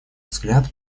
взгляд